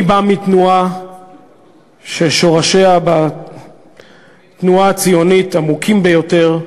אני בא מתנועה ששורשיה בתנועה הציונית עמוקים ביותר.